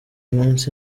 munsi